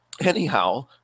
Anyhow